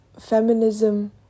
feminism